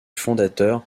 fondateur